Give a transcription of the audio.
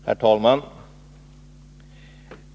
Herr talman!